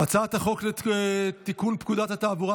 לתיקון פקודת התעבורה,